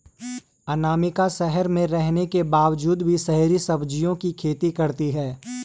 अनामिका शहर में रहने के बावजूद भी शहरी सब्जियों की खेती करती है